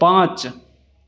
पाँच